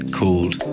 called